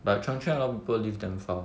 but chung cheng a lot of people live damn far